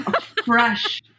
Fresh